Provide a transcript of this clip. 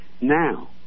now